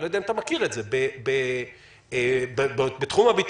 אני לא יודע אם אתה מכיר את זה בתחום הביטחון,